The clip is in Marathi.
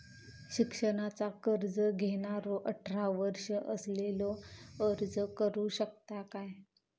शिक्षणाचा कर्ज घेणारो अठरा वर्ष असलेलो अर्ज करू शकता काय?